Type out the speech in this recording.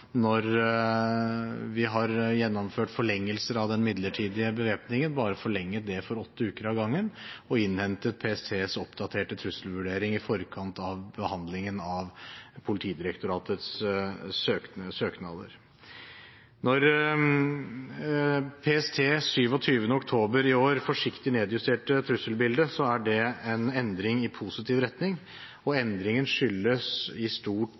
når vi har gjennomført forlengelser av den midlertidige bevæpningen, bare forlenget det for åtte uker av gangen og innhentet PSTs oppdaterte trusselvurdering i forkant av behandlingen av Politidirektoratets søknader. Når PST 27. oktober i år forsiktig nedjusterte trusselbildet, er det en endring i positiv retning, og endringen skyldes i